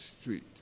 street